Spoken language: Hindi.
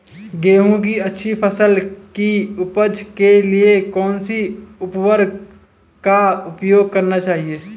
गेहूँ की अच्छी फसल की उपज के लिए कौनसी उर्वरक का प्रयोग करना चाहिए?